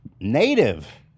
Native